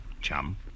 chum